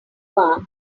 bar